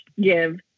give